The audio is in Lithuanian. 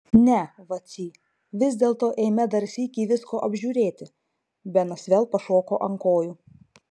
ne vacy vis dėlto eime dar sykį visko apžiūrėti benas vėl pašoko ant kojų